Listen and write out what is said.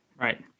Right